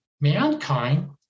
mankind